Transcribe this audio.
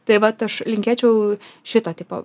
tai vat aš linkėčiau šito tipo